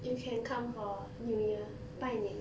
you can come for new year 拜年